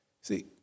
See